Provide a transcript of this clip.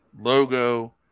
Logo